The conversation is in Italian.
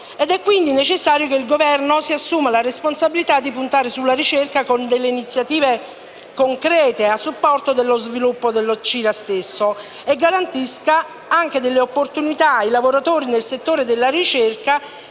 È quindi necessario che il Governo si assuma la responsabilità di puntare sulla ricerca con delle iniziative concrete a supporto dello sviluppo del CIRA stesso e garantisca anche delle opportunità ai lavoratori del settore della ricerca